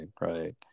right